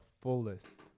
fullest